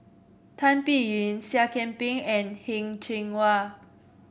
Tan Biyun Seah Kian Peng and Heng Cheng Hwa